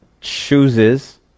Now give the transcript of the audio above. chooses